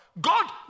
God